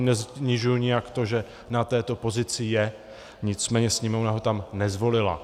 Tím nesnižuji nijak to, že na této pozici je, nicméně Sněmovna ho tam nezvolila.